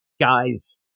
guy's